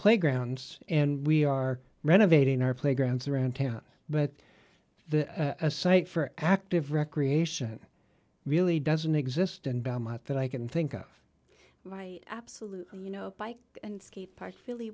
playgrounds and we are renovating our playgrounds around town but the site for active recreation really doesn't exist in belmont that i can think of my absolutely you know bike and skate park philly